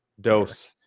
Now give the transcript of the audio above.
Dose